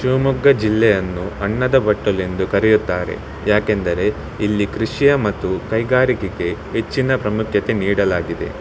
ಶಿವಮೊಗ್ಗ ಜಿಲ್ಲೆಯನ್ನು ಅನ್ನದ ಬಟ್ಟಲೆಂದು ಕರೆಯುತ್ತಾರೆ ಯಾಕೆಂದರೆ ಇಲ್ಲಿ ಕೃಷಿಯ ಮತ್ತು ಕೈಗಾರಿಕೆಗೆ ಹೆಚ್ಚಿನ ಪ್ರಾಮುಖ್ಯತೆ ನೀಡಲಾಗಿದೆ